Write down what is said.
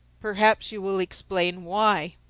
perhaps you will explain why?